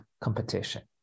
competition